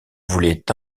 voulait